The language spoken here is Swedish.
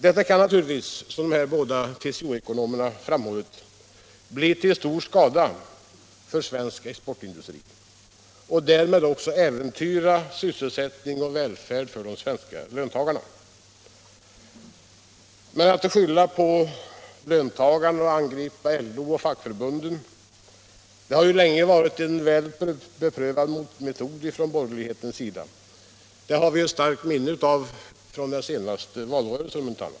Detta kan naturligtvis, som de båda TCO-ekonomerna framhållit, bli till stor skada för svensk exportindustri och därmed också äventyra sysselsättning och välfärd för de svenska löntagarna. Men att skylla på löntagarna och angripa LO och fackförbunden har ju länge varit en beprövad metod från borgerlighetens sida, det har vi ett starkt minne av från den senaste valrörelsen.